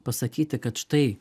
pasakyti kad štai